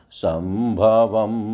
sambhavam